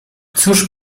cóż